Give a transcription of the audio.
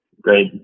Great